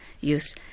use